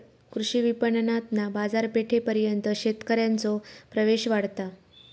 कृषी विपणणातना बाजारपेठेपर्यंत शेतकऱ्यांचो प्रवेश वाढता